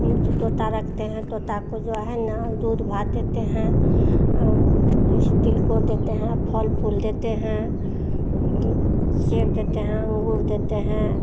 हम तो तोता रखते हैं तोता को जो है न दूध भात देते हैं ऊ जैसे तिलकुर देते हैं और फल फूल देते हैं सेब देते हैं अंगूर देते हैं